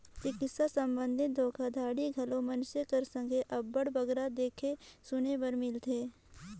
चिकित्सा संबंधी धोखाघड़ी घलो मइनसे कर संघे अब्बड़ बगरा देखे सुने बर मिलथे